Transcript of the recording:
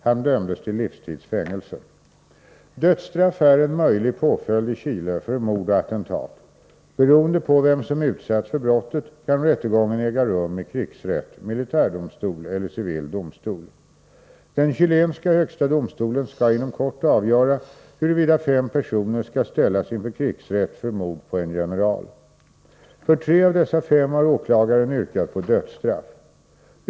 Han dömdes till livstids fängelse. Dödsstraff är en möjlig påföljd i Chile för mord och attentat. Beroende på vem som utsatts för brottet kan rättegången äga rum i krigsrätt, militärdomstol eller civil domstol. Den chilenska högsta domstolen skall inom kort avgöra huruvida fem personer skall ställas inför krigsrätt för mord på en general. För tre av dessa fem har åklagaren yrkat på dödsstraff.